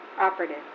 Operative